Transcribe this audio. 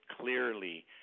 clearly